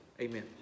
Amen